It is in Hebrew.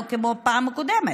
זה לא כמו בפעם הקודמת,